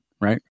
right